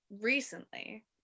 recently